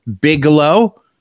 Bigelow